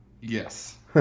Yes